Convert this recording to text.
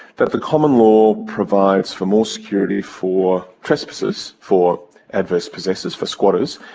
that the common law provides for more security for trespassers, for adverse possessors, for squatters,